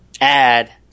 Add